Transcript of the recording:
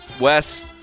Wes